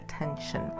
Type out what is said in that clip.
attention